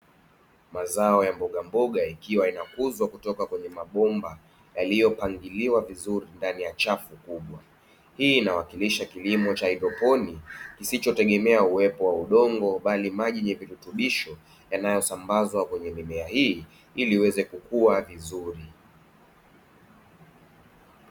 Mazao ya mbogamboga ikiwa inakuzwa kutoka kwenye mabomba yaliyopangiliwa vizuri ndani ya chafu kubwa, hii inawakilisha kilimo cha haidroponi kisichotegemea uwepo wa udongo bali maji yenye virutubisho yanayosambazwa kwenye mimea hii ili iweze kukua vizuri.